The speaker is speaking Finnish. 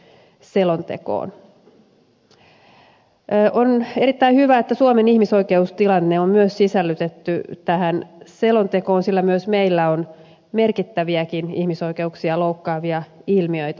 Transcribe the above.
on erittäin hyvä että suomen ihmisoikeustilanne on myös sisällytetty tähän selontekoon sillä myös meillä on merkittäviäkin ihmisoikeuksia loukkaavia ilmiöitä